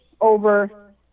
over